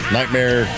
Nightmare